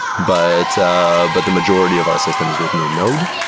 but ah but the majority of our system is written in node,